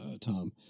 Tom